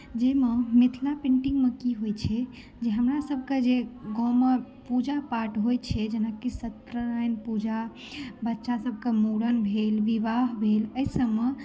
जाहिमे मिथिला पेन्टिंग मे की होइत छै जे हमरा सभके गाॅंवमे जे पूजा पाठ होइत छै जेनाकि सत्यनारायण पूजा बच्चा सभके मुड़न भेल विवाह भेल एहि सभमे